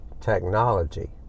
technology